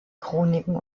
chroniken